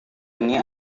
ini